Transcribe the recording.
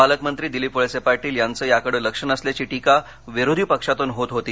पालकमंत्री दिलीप वळसे पाटील यांचे याकडे लक्ष नसल्याची टीका विरोधी पक्षातून होत होती